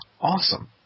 awesome